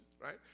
right